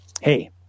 Hey